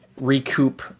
recoup